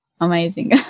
amazing